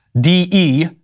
D-E